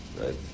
right